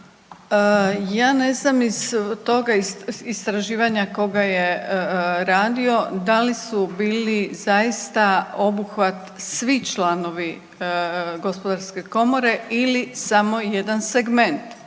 Ja ne znam iz tog istraživanja ko ga je radio da li su bili zaista obuhvat svi članovi Gospodarske komore ili samo jedan segment.